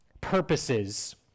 purposes